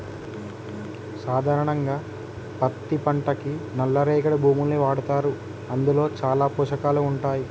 సాధారణంగా పత్తి పంటకి నల్ల రేగడి భూముల్ని వాడతారు అందులో చాలా పోషకాలు ఉంటాయి